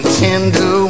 tender